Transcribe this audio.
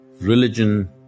religion